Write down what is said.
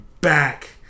back